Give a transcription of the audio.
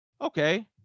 okay